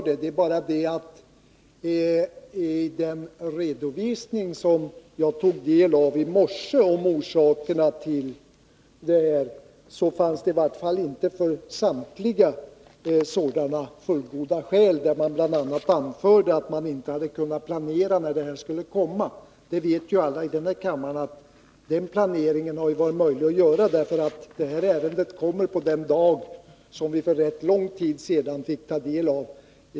Det är bara det att i den redovisning som jag tog del av i morse om orsakerna till frånvaron fanns det i varje fall inte för samtliga sådana fullgoda skäl. Man anförde bl.a. att man inte hade kunnat planera när ärendet skulle komma upp. Alla här i kammaren vet ju att planeringen har varit möjlig att göra — detta ärende kommer upp den dag då det enligt ärendeplanen för kammarbehandlingen skulle komma upp.